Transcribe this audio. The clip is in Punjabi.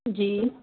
ਜੀ